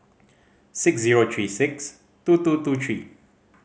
six zero three six two two two three